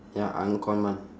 ya uncommon